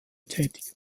tätig